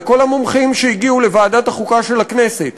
וכל המומחים שהגיעו לוועדת החוקה של הכנסת